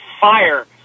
fire